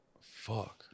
Fuck